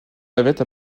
navette